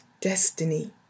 destiny